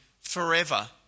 forever